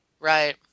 Right